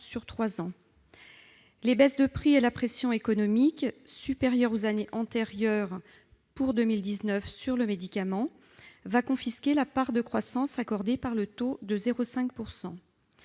sur trois ans. Les baisses de prix et la pression économique, supérieure aux années antérieures, exercée en 2019 sur le médicament vont confisquer la part de croissance accordée par le taux de 0,5 %.